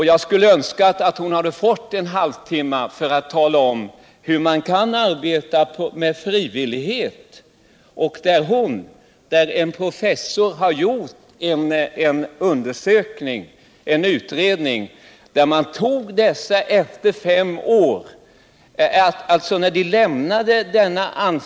Jag skulle önska att hon hade fått en halvtimme för att tala om hur man kan arbeta med frivillighet. En professor har också gjort en utredning om det arbetet, följt dem som lämnat vårdhemmet i fem år.